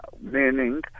meaning